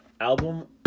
album